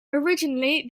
originally